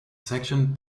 section